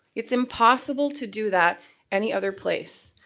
it's impossible to do that any other place.